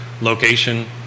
location